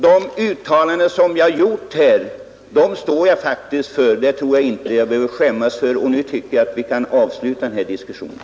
De uttalanden som jag har gjort här står jag faktiskt för — jag tror inte att jag behöver skämmas för dem — och nu tycker jag att vi kan avsluta den här diskussionen.